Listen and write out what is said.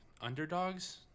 underdogs